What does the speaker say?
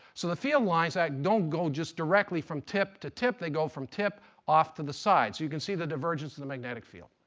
so the field lines don't go just directly from tip to tip, they go from tip off to the side. so you can see the divergence of the magnetic field.